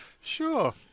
Sure